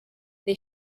they